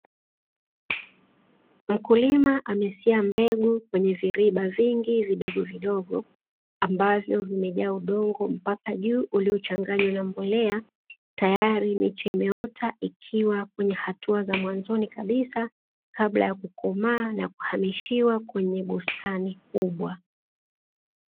Mkulima amesia mbegu kwenye viriba vingi vidogo vidogo ambavyo vimejaa udongo mpaka juu uliochanganywa na mbolea, tayari miche imeota ikiwa kwenye hatua za mwanzoni kabisa kabla ya kukomaa na kuhamishiwa kwenye bustani kubwa.